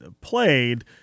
played